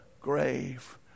grave